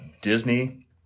Disney